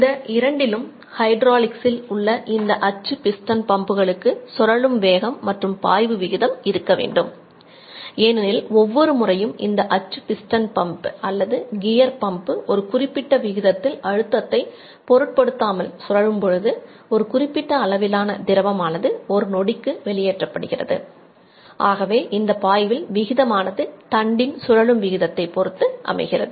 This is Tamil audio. இந்த இரண்டிலும் ஹைட்ராலிக்சில் பொருத்து அமைகிறது